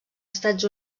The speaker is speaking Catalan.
estats